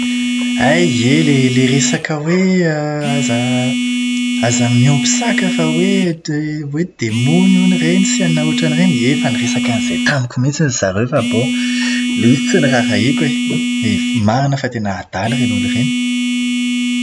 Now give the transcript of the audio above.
Hay ilay ilay resaka hoe aza miompy saka fa hoe t- hoe demony hono ireny sy anona ohatran'ireny? Ie efa niresaka an'izay tamiko mihitsy ry zareo fa bon, ilay tsy noraharahiako e. Marina fa tena adala ireny olona ireny.